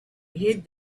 hid